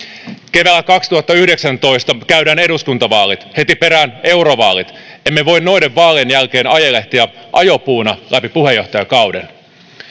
keväällä kaksituhattayhdeksäntoista käydään eduskuntavaalit heti perään eurovaalit emme voi noiden vaalien jälkeen ajelehtia ajopuuna läpi puheenjohtajakauden